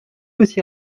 aussi